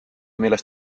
milles